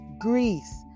Greece